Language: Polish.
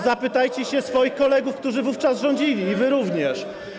Zapytajcie się swoich kolegów, którzy wówczas rządzili, wy również.